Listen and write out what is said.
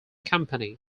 company